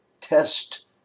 test